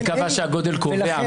מי קבע שהגודל קובע?